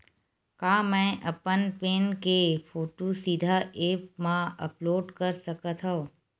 का मैं अपन पैन के फोटू सीधा ऐप मा अपलोड कर सकथव?